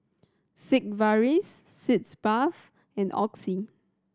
Sigvaris Sitz Bath and Oxy